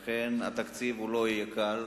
לכן, התקציב לא יהיה קל,